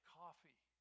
coffee